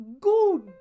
Good